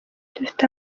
dufite